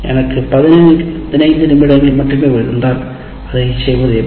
எனக்கு 15 நிமிடங்கள் மட்டுமே இருந்தால் அதைச் செய்வது எப்படி